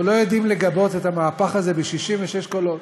אנחנו לא יודעים לגבות את המהפך הזה ב-66 קולות,